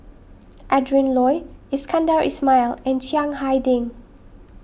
Adrin Loi Iskandar Ismail and Chiang Hai Ding